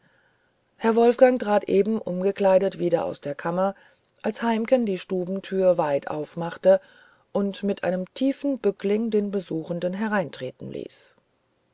herr wolfgang trat eben umgekleidet wieder aus der kammer als heimken die stubentür weit aufmachte und mit einem tiefen bückling den besuchenden hereintreten ließ